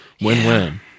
Win-win